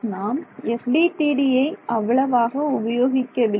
நாம் FDTDயை அவ்வளவாக உபயோகிக்கவில்லை